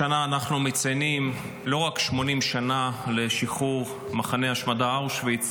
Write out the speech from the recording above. השנה אנחנו מציינים לא רק 80 שנה לשחרור מחנה השמדה אושוויץ,